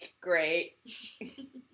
great